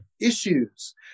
issues